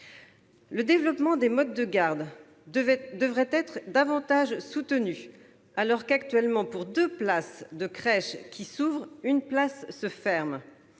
Le développement des modes de garde devrait être davantage soutenu : actuellement, pour deux places de crèche qui s'ouvrent, une place se ferme.